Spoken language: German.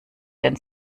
den